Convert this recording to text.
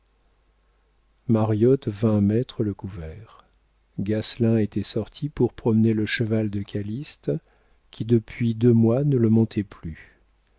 mariotte vint mettre le couvert gasselin était sorti pour promener le cheval de calyste qui depuis deux mois ne le montait plus